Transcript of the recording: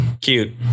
Cute